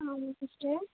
ஆமாங்க சிஸ்டர்